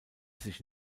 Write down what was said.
sich